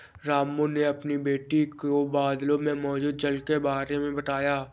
रामू ने अपनी बेटी को बादलों में मौजूद जल के बारे में बताया